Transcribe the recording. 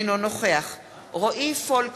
אינו נוכח רועי פולקמן,